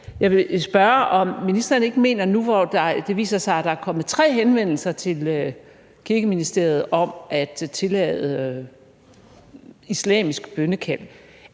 Jeg vil spørge, om ministeren ikke mener, at det – nu, hvor det viser sig, at der er kommet tre henvendelser til Kirkeministeriet om at tillade islamisk bønnekald